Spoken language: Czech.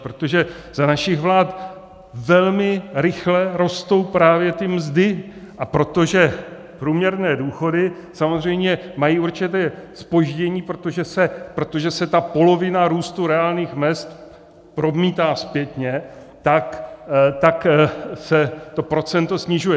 Protože za našich vlád velmi rychle rostou právě ty mzdy a protože průměrné důchody samozřejmě mají určité zpoždění, protože se ta polovina růstu reálných mezd promítá zpětně, tak se to procento snižuje.